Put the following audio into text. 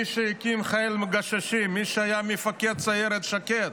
מי שהקים את חיל הגששים, מי שהיה מפקד סיירת שקד,